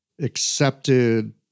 accepted